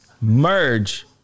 Merge